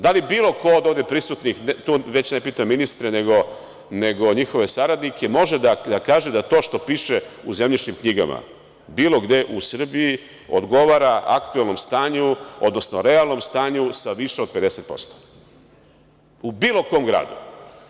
Da li bilo ko ovde od prisutnih, ne pitam ministre, nego njihove saradnice, može da kaže da to što piše u zemljišnim knjigama, bilo gde u Srbiji, odgovara aktuelnom stanju, odnosno realnom stanju sa više od 50% u bilo kom gradu?